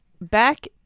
back